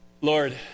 Lord